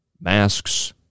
masks